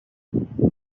aigua